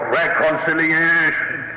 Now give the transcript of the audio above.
reconciliation